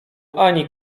ani